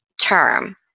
term